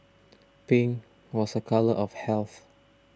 pink was a colour of health